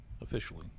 officially